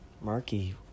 Marky